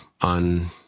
on